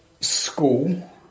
school